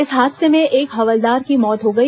इस हादसे में एक हवलदार की मौत हो गई